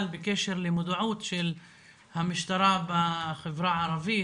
בקשר למודעות של המשטרה בחברההערבית,